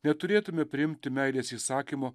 neturėtume priimti meilės įsakymo